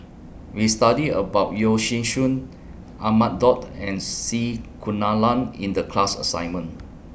We studied about Yeo Shih Shun Ahmad Daud and C Kunalan in The class assignment